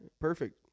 perfect